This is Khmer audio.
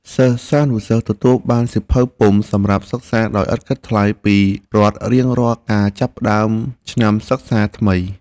សិស្សានុសិស្សទទួលបានសៀវភៅពុម្ពសម្រាប់សិក្សាដោយឥតគិតថ្លៃពីរដ្ឋរៀងរាល់ការចាប់ផ្តើមឆ្នាំសិក្សាថ្មី។